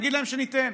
נגיד להם שניתן,